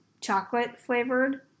chocolate-flavored